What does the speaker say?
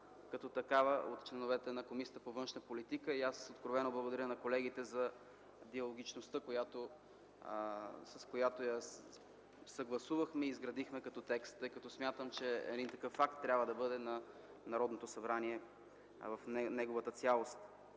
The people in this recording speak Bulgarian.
като такава) членове на Комисията по външна политика и отбрана. Откровено благодаря на колегите за диалогичността, с която я съгласувахме и изградихме като текст, тъй като смятам, че такъв акт трябва да бъде на Народното събрание в неговата цялост.